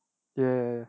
ya